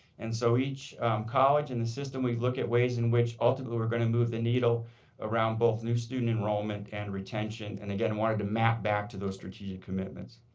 and so each college in the system we'd look at ways in which ultimately we're going to move the needle around both new student enrollment and retention. and, again, wanted to map back to those strategic commitments.